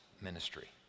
ministry